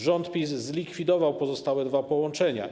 Rząd PiS zlikwidował pozostałe dwa połączenia.